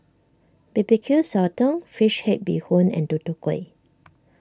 B B Q Sotong Fish Head Bee Hoon and Tutu Kueh